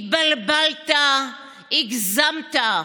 התבלבלת, הגזמת.